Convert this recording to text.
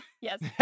Yes